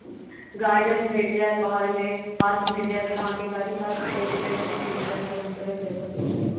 garden भेट जायत बहार मे पार्क भेट जायत अहाँ के गाड़ी पार्क करै के जगह सब भेट जायत बहुत तरहक जगह सब छै